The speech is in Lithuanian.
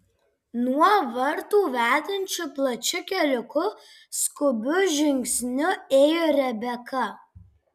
nuo vartų vedančiu plačiu keliuku skubiu žingsniu ėjo rebeka